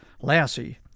Lassie